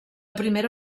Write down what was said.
primera